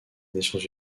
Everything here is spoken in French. nations